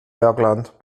bergland